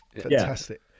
fantastic